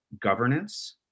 governance